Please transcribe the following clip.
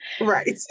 Right